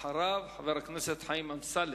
אחריו, חבר הכנסת חיים אמסלם.